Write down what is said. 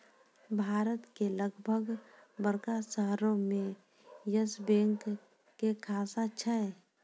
भारत के लगभग बड़का शहरो मे यस बैंक के शाखा छै